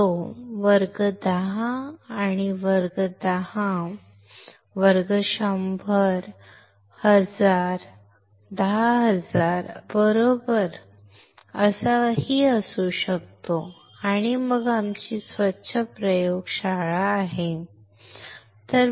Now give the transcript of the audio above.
तो वर्ग 10 वर्ग 10 वर्ग 100 वर्ग 1000 वर्ग 100000 बरोबर असू शकतो आणि मग आमची स्वच्छ प्रयोगशाळा आहे ठीक आहे